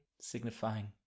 signifying